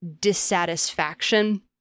dissatisfaction